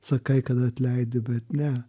sakai kad atleidi bet ne